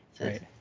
Right